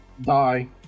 die